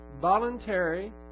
voluntary